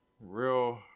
real